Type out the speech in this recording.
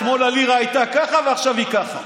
אתמול הלירה הייתה ככה, ועכשיו היא ככה.